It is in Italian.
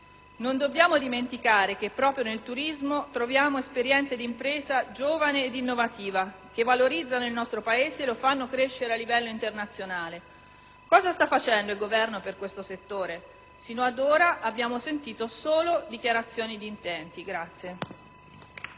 Non dobbiamo dimenticare che proprio nel turismo troviamo esperienze di impresa giovane ed innovativa che valorizzano il nostro Paese e lo fanno crescere a livello internazionale. Cosa sta facendo il Governo per questo settore? Sinora abbiamo sentito solo dichiarazioni di intenti.